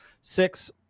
six